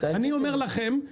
אני אומר לכם,